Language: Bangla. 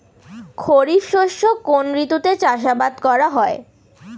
খরিফ শস্য কোন ঋতুতে চাষাবাদ করা হয়?